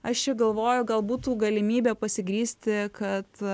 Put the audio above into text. aš čia galvoju gal būtų galimybė pasigrįsti kad